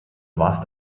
warst